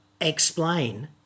explain